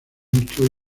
mucho